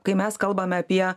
kai mes kalbame apie